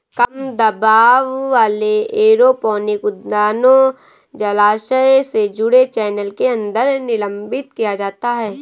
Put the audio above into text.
कम दबाव वाले एरोपोनिक उद्यानों जलाशय से जुड़े चैनल के अंदर निलंबित किया जाता है